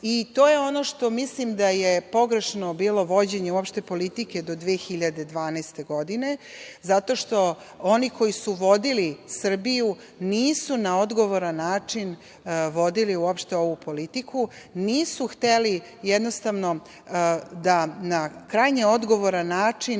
i to je ono što mislim da je pogrešno bilo vođenje uopšte politike do 2012. godine, zato što oni koji su vodili Srbiju, nisu na odgovoran način vodili uopšte ovu politiku, nisu hteli jednostavno da na krajnje odgovoran način,